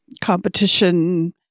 competition